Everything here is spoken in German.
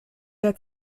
der